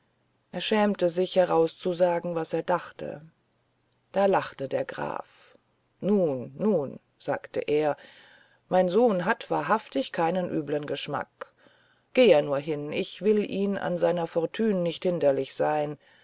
er schämte sich herauszusagen was er dachte da lachte der graf nun nun sagte er mein sohn hat wahrhaftig keinen übeln geschmack geh er nur hin ich will ihm an seiner fortune nicht hinderlich sein